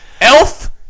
Elf